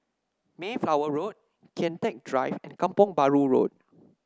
Mayflower Road Kian Teck Drive Kampong Bahru Road